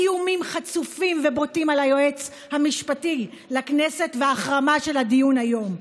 איומים חצופים ובוטים על היועץ המשפטי לכנסת והחרמה של הדיון היום.